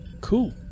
Cool